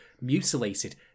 mutilated